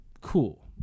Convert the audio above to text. cool